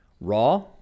raw